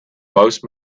most